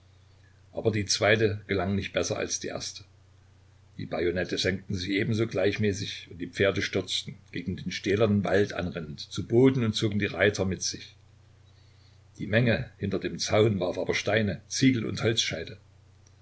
aber die zweite gelang nicht besser als die erste die bajonette senkten sich ebenso gleichmäßig und die pferde stürzten gegen den stählernen wald anrennend zu boden und zogen die reiter mit sich die menge hinter dem zaune warf aber steine ziegel und holzscheite